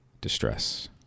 distress